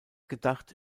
gedacht